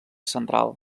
central